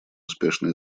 успешное